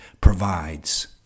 provides